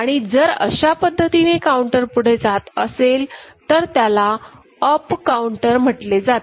आणि जर अशा पद्धतीने काउंटर पुढे जात असेल तर त्याला अप् काउंटर म्हटले जाते